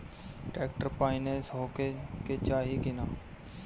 Tractor पाईनेस होखे के चाही कि ना?